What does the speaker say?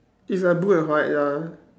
it's the blue and white ya